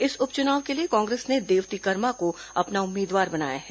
इस उप चुनाव के लिए कांग्रेस ने देवती कर्मा को अपना उम्मीदवार बनाया है